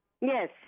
Yes